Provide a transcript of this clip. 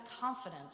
confidence